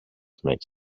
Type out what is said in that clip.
make